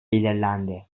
belirlendi